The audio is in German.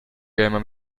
gamer